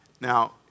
Now